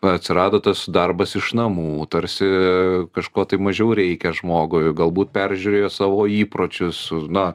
atsirado tas darbas iš namų tarsi kažko tai mažiau reikia žmogui galbūt peržiūrėjo savo įpročius na